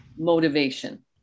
motivation